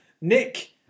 Nick